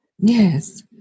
yes